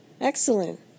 Excellent